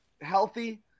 healthy